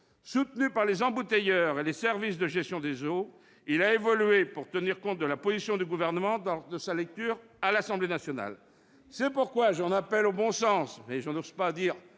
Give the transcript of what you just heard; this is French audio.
Soutenu par les embouteilleurs et les services de gestion des eaux, il a évolué pour tenir compte de la position du Gouvernement lors de sa lecture à l'Assemblée nationale. Veuillez conclure, monsieur Desessard